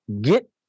get